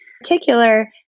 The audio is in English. particular